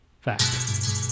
Fact